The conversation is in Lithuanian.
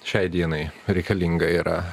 šiai dienai reikalinga yra